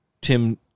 Tim